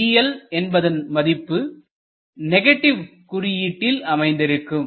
dl என்பதன் மதிப்பு குறியீட்டில் அமைந்திருக்கும்